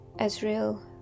Israel